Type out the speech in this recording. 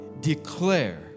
declare